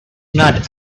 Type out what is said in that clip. not